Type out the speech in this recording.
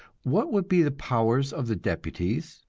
what would be the powers of the deputies,